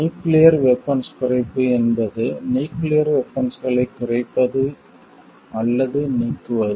nuclear weapons குறைப்பு என்பது nuclear வெபன்ஸ்களைக் குறைப்பது அல்லது நீக்குவது